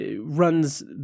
runs